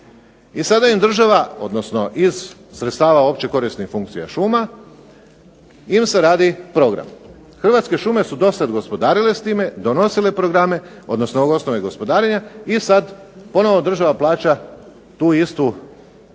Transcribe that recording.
i sada im država, odnosno iz sredstava općih korisnih funkcija šuma im se radi program. Hrvatske šume su dosad gospodarile s time, donosile programe, odnosno u osnovi gospodarenja, i sad ponovo država plaća tu istu